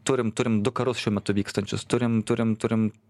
turim turim du karus šiuo metu vykstančius turim turim turim